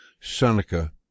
Seneca